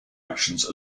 actions